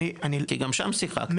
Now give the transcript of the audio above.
כי גם שם שיחקתם,